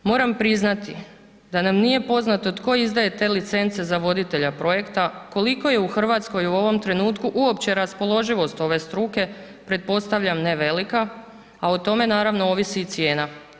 Moram priznati da nam nije poznato tko izdaje te licence za voditelja projekta, koliko je u Hrvatskoj u ovom trenutku uopće raspoloživost ove struke, pretpostavljam ne velika a o tome naravno ovisi i cijena.